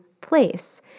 place